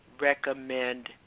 recommend